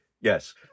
yes